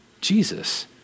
Jesus